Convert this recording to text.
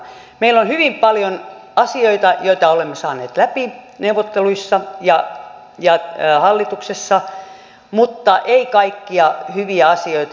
meillä on hyvin paljon asioita joita olemme saaneet läpi neuvotteluissa ja hallituksessa mutta emme kaikkia hyviä asioita